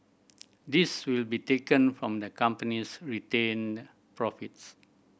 this will be taken from the company's retained profits